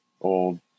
old